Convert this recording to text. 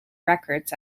records